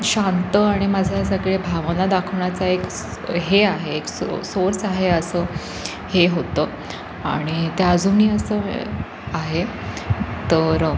शांत आणि माझ्या सगळे भावना दाखवण्याचा एक स हे आहे एक सो सोर्स आहे असं हे होतं आणि त्या अजूनही असं आहे तर